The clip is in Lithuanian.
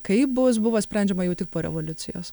kaip bus buvo sprendžiama jau tik po revoliucijos